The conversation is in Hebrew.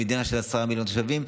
במדינה של עשרה מיליון תושבים,